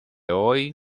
hoy